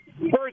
First